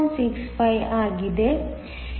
65 ಆಗಿದೆ ಇದು 5